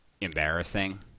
embarrassing